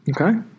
Okay